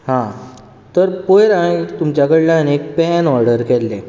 हां तर पयर हांवें तुमच्या कडल्यान एक पॅन ऑर्डर केल्लें